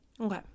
Okay